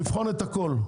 לבחון את הכול,